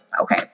Okay